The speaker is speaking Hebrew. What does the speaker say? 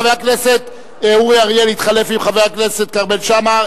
חבר הכנסת אורי אריאל התחלף עם חבר הכנסת כרמל שאמה.